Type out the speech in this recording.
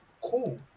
Cool